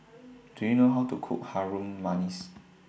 Do YOU know How to Cook Harum Manis